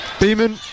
Beeman